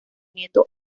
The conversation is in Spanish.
nieto